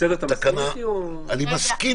בסדר, אתה מסכים אתי?